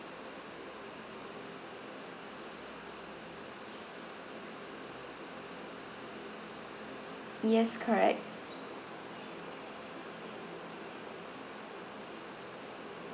yes correct